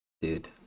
dude